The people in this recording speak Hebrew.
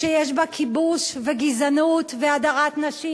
אבל כל הדיבורים האלה על המאוחדת,